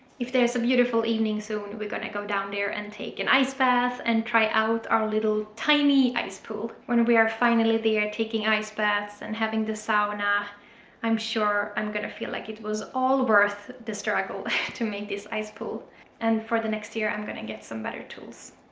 if there's a beautiful evening soon we're gonna go down there and take an ice bath and try out our little tiny ice pool when we are finally there taking ice baths and having the sauna i'm sure i'm gonna feel like it was all worth the struggle to make this ice pool and for the next year i'm gonna get some better tools.